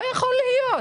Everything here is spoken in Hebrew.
לא יכול להיות.